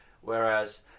Whereas